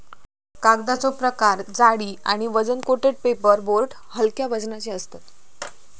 कागदाचो प्रकार जाडी आणि वजन कोटेड पेपर बोर्ड हलक्या वजनाचे असतत